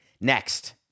Next